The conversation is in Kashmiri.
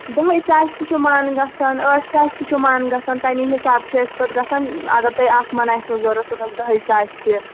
دَہہِ ساسہِ تہِ چھُ مَن گژھن ٲٹھِ ساسہِ تہِ چھُ مَن گژھان تَمی حِساب چھِ أسۍ پَتہٕ گژھان اگر تۄہہِ اَکھ من آسِوٕ ضوٚرَتھ سُہ گژھِ دَہہِ ساسہِ تہِ